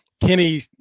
Kenny